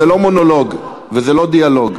זה לא מונולוג וזה לא דיאלוג.